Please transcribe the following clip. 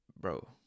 Bro